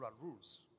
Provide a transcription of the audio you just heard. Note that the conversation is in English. rules